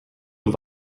und